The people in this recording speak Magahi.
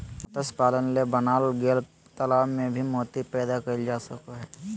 मत्स्य पालन ले बनाल गेल तालाब में भी मोती पैदा कइल जा सको हइ